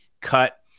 cut